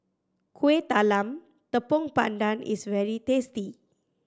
Kueh Talam Tepong Pandan is very tasty